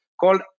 called